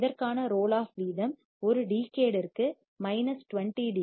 இதற்கான roll off வீதம் ஒரு டிகேட் ற்கு மைனஸ் 20 டி